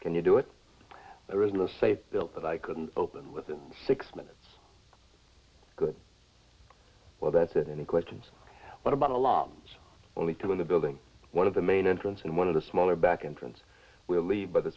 can you do it there isn't a safe built that i couldn't open within six minutes good well that's it any questions what about alarms only two of the building one of the main entrance and one of the smaller back entrance will leave by the